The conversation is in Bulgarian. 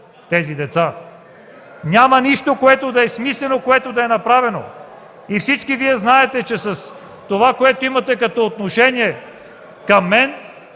реплики.) Няма нищо, което да е смислено, което да е направено. Всички Вие знаете, че с това, което имате като отношение (шум